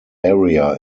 area